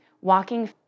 walking